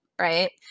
right